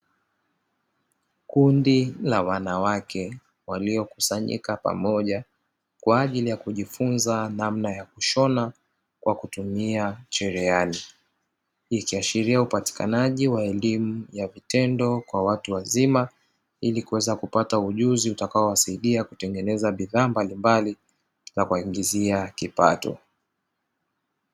Kundi la wanawake waliokusanyika pamoja kwa ajili ya kujifunza namna ya kushona kwa kutumia cherehani, ikiashiria upatikanaji wa elimu ya vitendo kwa watu wazima, ili kuweza kupata ujuzi utakaowasaidia kutengeneza bidhaa mbalimbali, na kuwaingizia kipato.